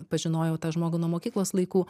pažinojau tą žmogų nuo mokyklos laikų